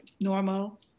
normal